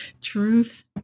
Truth